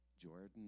Jordan